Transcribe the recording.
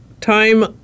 time